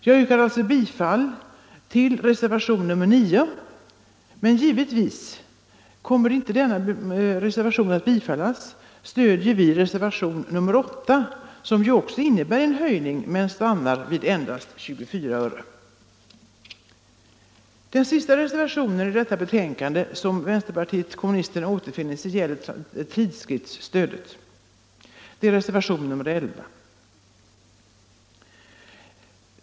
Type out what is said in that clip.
Jag yrkar alltså bifall till re 135 servationen 9, men om denna reservation icke bifalles kommer vi givetvis att stödja reservationen 8 som också föreslår en höjning men stannar vid 24 öre. Den sista vpk-reservationen i detta betänkande gäller tidskriftsstödet. Det är reservationen 11.